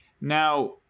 Now